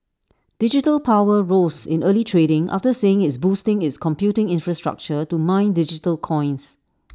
digital power rose in early trading after saying it's boosting its computing infrastructure to mine digital coins